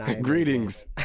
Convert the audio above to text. Greetings